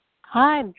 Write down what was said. Hi